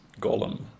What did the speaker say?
golem